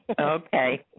Okay